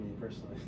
personally